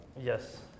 Yes